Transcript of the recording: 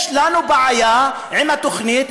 יש לנו בעיה עם התוכנית,